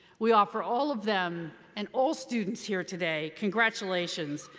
we offer all of them and all students here today congratulations.